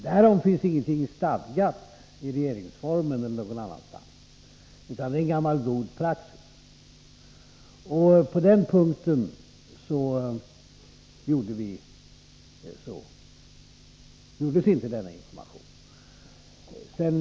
Därom finns ingenting stadgat i regeringsformen eller någon annanstans, utan det är gammal god praxis. På den punkten lämnades inte någon information.